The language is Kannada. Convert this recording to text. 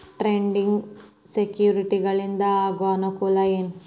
ಟ್ರೇಡಿಂಗ್ ಸೆಕ್ಯುರಿಟಿಗಳಿಂದ ಆಗೋ ಅನುಕೂಲ ಏನ